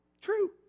true